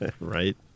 Right